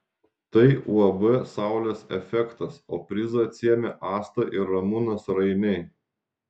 tai uab saulės efektas o prizą atsiėmė asta ir ramūnas rainiai